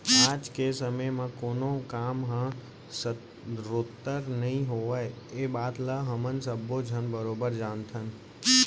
आज के समे म कोनों काम ह सरोत्तर नइ होवय ए बात ल हमन सब्बो झन बरोबर जानथन